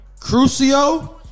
crucio